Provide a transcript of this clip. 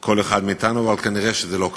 כל אחד מאתנו, אבל נראה שזה לא כך.